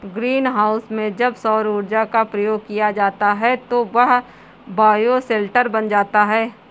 green house में जब सौर ऊर्जा का प्रयोग किया जाता है तो वह बायोशेल्टर बन जाता है